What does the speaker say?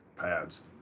pads